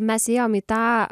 mes įėjom į tą